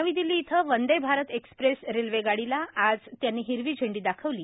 नवी दिल्ली इथं वंदे भारत एक्सप्रेस रेल्वे गाडीला आज त्यांनी हिरवी झेंडी दाखवली